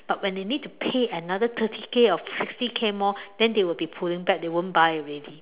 but when they need to pay another thirty K or fifty K more then they will be pulling back they won't buy already